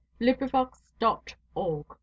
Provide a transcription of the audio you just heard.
LibriVox.org